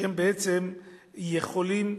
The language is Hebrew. שבעצם יכולים,